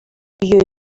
know